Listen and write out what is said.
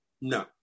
no